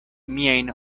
miajn